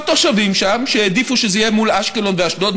כמה תושבים שם העדיפו שזה יהיה מול אשקלון ואשדוד,